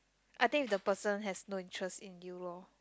I think if the person has no interest in you loh